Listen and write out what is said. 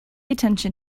attention